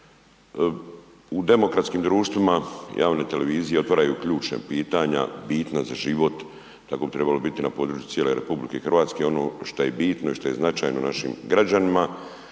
U demokratskim društvima javne televizije otvaraju ključna pitanja bitna za život, tako bi trebalo biti na području cijele RH, ono šta je bitno i šta je značajno našim građanima